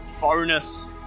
bonus